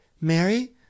Mary